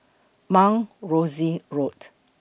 Mount Rosie Road